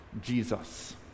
Jesus